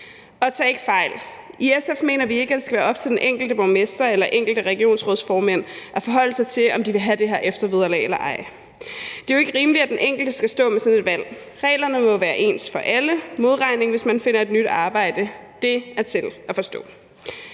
Tag ikke fejl: I SF mener vi ikke, at det skal være op til den enkelte borgmester eller enkelte regionsrådsformand at forholde sig til, om de vil have det her eftervederlag eller ej. Det er jo ikke rimeligt, at den enkelte skal stå med sådan et valg. Reglerne må være ens for alle, hvad angår modregning, hvis man finder et nyt arbejde; det er til at forstå.